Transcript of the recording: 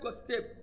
step